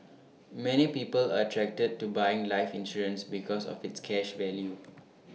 many people are attracted to buying life insurance because of its cash value